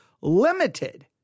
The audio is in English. limited